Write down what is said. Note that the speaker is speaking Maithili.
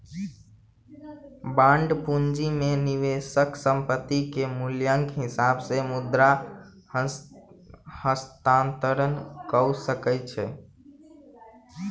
बांड पूंजी में निवेशक संपत्ति के मूल्यक हिसाब से मुद्रा हस्तांतरण कअ सकै छै